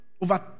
Over